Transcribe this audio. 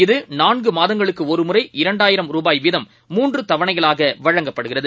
இது நான்குமாதங்களுக்குஒருமுறை இரண்டாயிரம் ரூபாய் வீதம் மூன்றுதவணைகளாகவழங்கப்படுகிறது